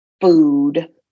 food